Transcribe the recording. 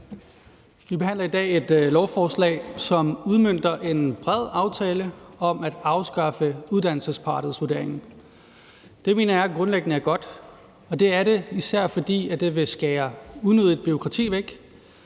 Vi behandler i dag et lovforslag, som udmønter en bred aftale om at afskaffe uddannelsesparathedsvurderingen. Det mener jeg grundlæggende er godt, og det er det, især fordi det vil skære unødigt bureaukrati væk.